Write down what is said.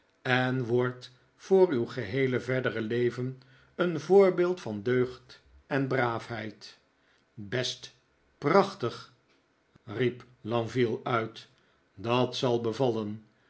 en wordt voor uw heele verdere leven een voorbeeld van deugd en braafheid best prachtig riep lenville uit dat zal bevallen